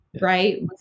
right